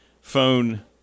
phone